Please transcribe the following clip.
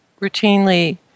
routinely